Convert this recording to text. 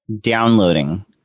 downloading